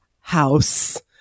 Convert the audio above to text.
House